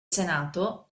senato